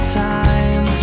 time